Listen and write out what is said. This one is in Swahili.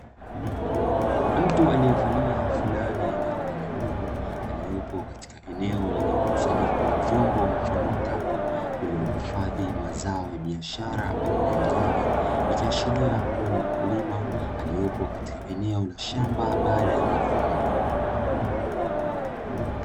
Mtu aliyevalia fulana yenye rangi nyekundu aliyepo katika eneo lenye mkusanyiko wa vyombo mfano wa kapu, vilivyohifadhi mazao ya biashara aina ya nyanya, ikiashiria kuwa ni mkulima aliyepo eneo la shamba baada ya mavuno.